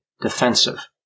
defensive